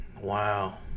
Wow